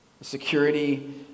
security